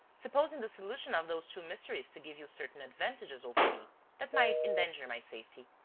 supposing the solution of those two mysteries to give you certain advantages over me that might endanger my safety.